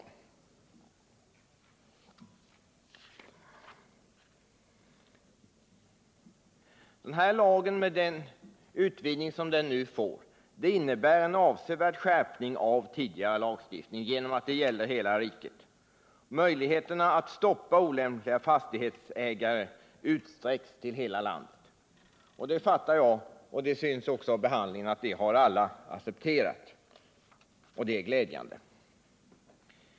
Med den utvidgning av lagen som nu föreslås och som innebär att lagen skall omfatta hela riket uppnås en avsevärd skärpning av tidigare lagstiftning. Möjligheterna att stoppa olämpliga fastighetsägare utsträcks till hela landet. Det framgår av utskottets behandling av ärendet att alla har ställt sig bakom detta, och det är glädjande.